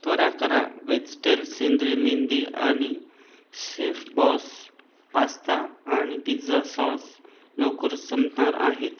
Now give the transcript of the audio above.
त्वरा करा व्हेजीटल सेंद्रिय मेंदी आणि शेफबॉस पास्ता आणि पिझ्झा सॉस लवकरच संपणार आहेत